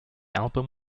album